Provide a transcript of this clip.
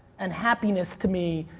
and happiness, to me,